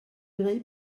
gwneud